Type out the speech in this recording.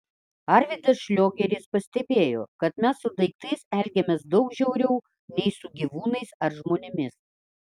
arvydas šliogeris pastebėjo kad mes su daiktais elgiamės daug žiauriau nei su gyvūnais ar žmonėmis